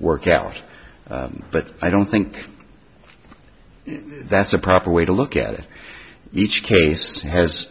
work out but i don't think that's a proper way to look at it each case has